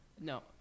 No